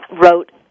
wrote